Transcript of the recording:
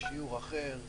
"שיעור אחר",